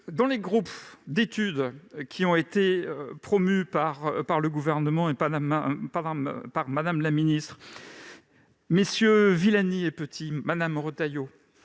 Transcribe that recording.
dans les groupes d'études qui ont été promus par le Gouvernement et par Mme la ministre, MM. Villani et Petit et Mme Retailleau